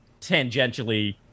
tangentially